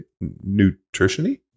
nutrition-y